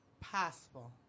Possible